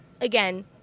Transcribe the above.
again